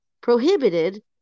prohibited